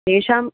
तेषां